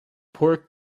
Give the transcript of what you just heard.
pork